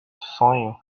sonho